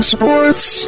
Sports